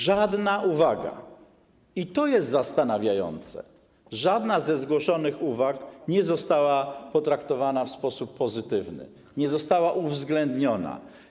Żadna uwaga - i to jest zastanawiające - żadna ze zgłoszonych uwag nie została potraktowana w sposób pozytywny, nie została uwzględniona.